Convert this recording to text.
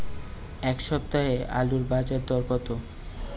এ সপ্তাহে আলুর বাজার দর কত?